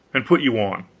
and put you on,